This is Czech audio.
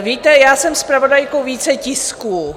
Víte, já jsem zpravodajkou více tisků.